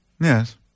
Yes